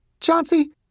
Chauncey